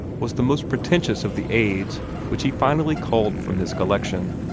was the most pretentious of the aids which he finally culled from his collection.